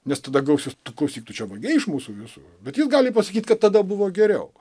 nes tada gausis tu klausyk tu čia vogei iš mūsų visų bet jis gali pasakyt kad tada buvo geriau